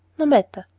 no matter,